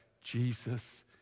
Jesus